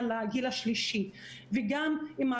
השאלה שלי האם בכל